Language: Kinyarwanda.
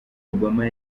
obama